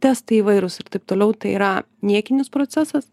testai įvairūs ir taip toliau tai yra niekinis procesas